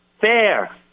Fair